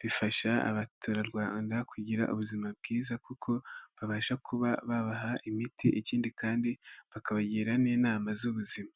bifasha abaturarwanda kugira ubuzima bwiza kuko babasha kuba babaha imiti, ikindi kandi bakabagira n'inama z'ubuzima.